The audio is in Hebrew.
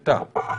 נדחתה.